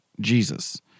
Jesus